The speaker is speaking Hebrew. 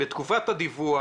"בתקופת הדיווח,